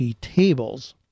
tables